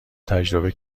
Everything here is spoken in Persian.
تجربه